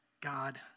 God